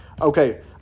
Okay